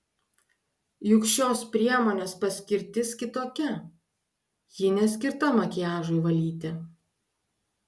juk šios priemonės paskirtis kitokia ji neskirta makiažui valyti